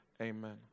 Amen